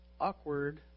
Awkward